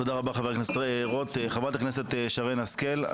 תודה רבה, חברת הכנסת שרן השכל.